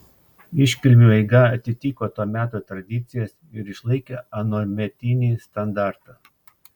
iškilmių eiga atitiko to meto tradicijas ir išlaikė anuometinį standartą